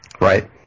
right